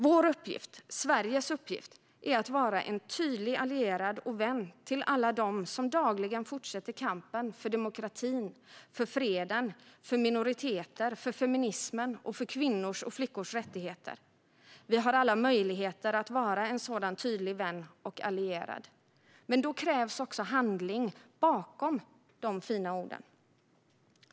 Vår uppgift, Sveriges uppgift, är att vara en tydlig allierad och vän till alla dem som dagligen fortsätter kampen för demokrati, för fred, för minoriteter, för feminism och för kvinnors och flickors rättigheter. Vi har alla möjligheter att vara en sådan tydlig vän och allierad. Men då krävs också handling bakom de fina orden.